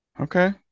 okay